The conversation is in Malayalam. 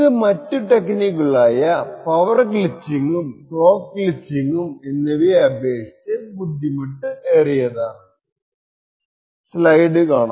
ഇത് മറ്റു ടെക്ക്നിക്കുകളായ പവർ ഗ്ലിച്ചിങ്ങും ക്ലോക്ക് ഗ്ലിച്ചിങ് എന്നിവയെ അപേക്ഷിച്ച ബുദ്ധിമുട്ടേറിയതാണ്